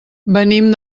venim